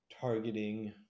targeting